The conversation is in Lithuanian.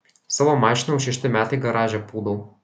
savo mašiną jau šešti metai garaže pūdau